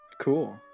Cool